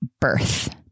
birth